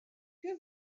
que